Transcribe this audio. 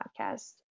podcast